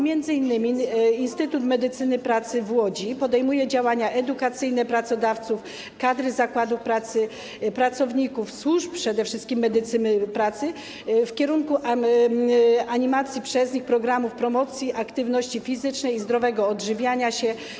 Między innymi Instytut Medycyny Pracy w Łodzi podejmuje działania edukacyjne pracodawców, kadry zakładów pracy, pracowników służb, przede wszystkim medycyny pracy w kierunku animacji przez nich programów promocji, aktywności fizycznej i zdrowego odżywiania się.